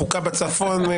חוקה בצפון,